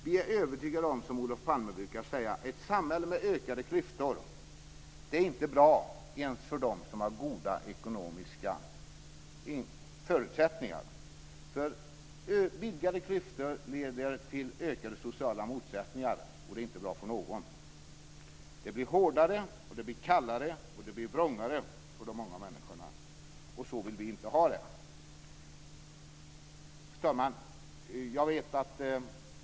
Vi är övertygade om, som Olof Palme brukade säga, att ett samhälle med ökade klyftor inte är bra ens för dem som har goda ekonomiska förutsättningar. Vidgade klyftor leder nämligen till ökade sociala motsättningar, och det är inte bra för någon. Ett sådant samhälle blir hårdare, det blir kallare, och det blir vrångare för de många människorna, och så vill vi inte ha det. Fru talman!